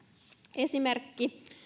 esimerkki